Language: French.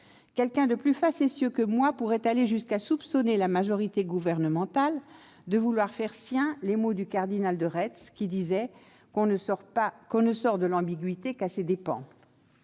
Quelqu'un de plus facétieux que moi pourrait aller jusqu'à soupçonner la majorité gouvernementale de vouloir faire sien ce mot du cardinal de Retz :« On ne sort de l'ambiguïté qu'à ses dépens.